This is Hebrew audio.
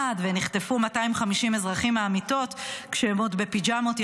ונחטפו 250 אזרחים מהמיטות שלהם כשהם עוד בפיג'מות,